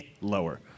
Lower